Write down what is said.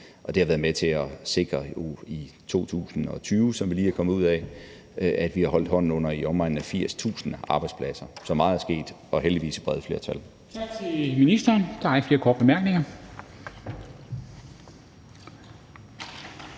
det har været med til at sikre, at vi i 2020, som vi lige er kommet ud af, har holdt hånden under i omegnen af 80.000 arbejdspladser. Så meget er sket – og heldigvis i brede flertal.